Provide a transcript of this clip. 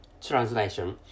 translation